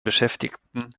beschäftigten